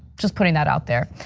just putting that out there.